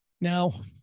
Now